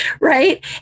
right